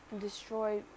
destroy